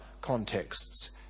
contexts